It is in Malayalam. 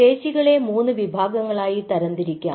പേശികളെ 3 വിഭാഗങ്ങളായി തരംതിരിക്കാം